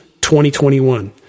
2021